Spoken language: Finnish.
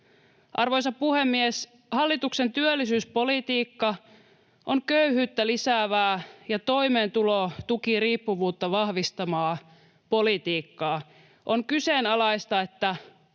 Arvoisa puhemies! Hallituksen työllisyyspolitiikka on köyhyyttä lisäävää ja toimeentulotukiriippuvuutta vahvistavaa politiikkaa. On kyseenalaista, onko